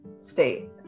state